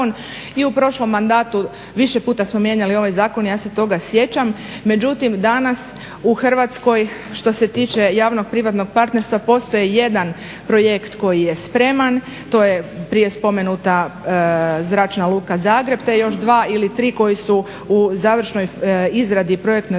i u prošlom mandatu više puta smo mijenjali ovaj zakon, ja se toga sjećam. Međutim, danas u Hrvatskoj što se tiče javno-privatnog partnerstva postoji jedan projekt koji je spreman to je prije spomenuta Zračna luka Zagreb te još dva ili tri koji su u završnoj izradi projektne dokumentacije,